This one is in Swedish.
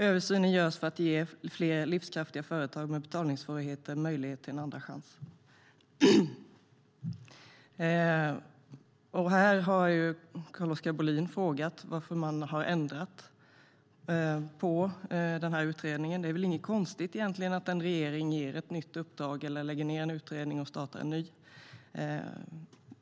Översynen görs för att ge fler livskraftiga företag med betalningssvårigheter möjlighet till en andra chans. Carl-Oskar Bohlin frågar varför man har ändrat på utredningen. Men det är egentligen inget konstigt att en ny regering ger ett nytt uppdrag eller lägger ned en utredning och startar en ny.